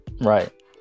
right